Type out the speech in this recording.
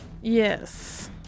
Yes